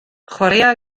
chwaraea